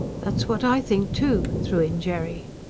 that's what i think, too, threw in jerry.